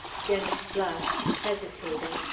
jenny flushed, hesitated,